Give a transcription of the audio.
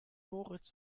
moritz